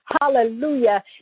hallelujah